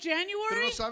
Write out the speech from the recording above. January